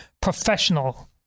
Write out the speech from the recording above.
professional